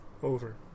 Over